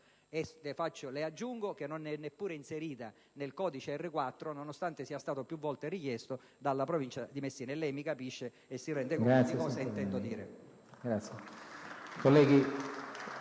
Aggiungo che Messina non è neppure inserita nel codice R4, nonostante sia stato più volte richiesto dalla Provincia. Lei mi capisce e si rende conto di cosa intendo dire.